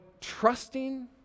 trusting